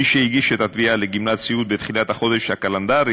מי שהגיש את התביעה לגמלת סיעוד בתחילת החודש הקלנדרי